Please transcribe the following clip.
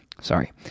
Sorry